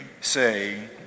say